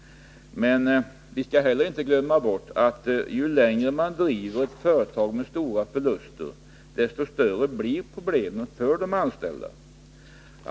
Man skall inte heller glömma bort att ju längre man driver ett företag med stora förluster, desto större blir problemen för de anställda.